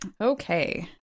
Okay